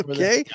Okay